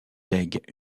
lègue